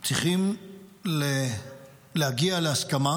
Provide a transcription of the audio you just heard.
אנחנו צריכים להגיע להסכמה